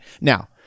Now